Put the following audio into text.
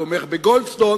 "תומך בגולדסטון",